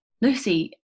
Lucy